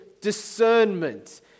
discernment